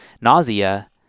nausea